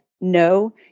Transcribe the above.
no